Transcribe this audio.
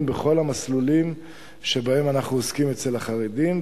בכל המסלולים שבהם אנחנו עוסקים אצל החרדים.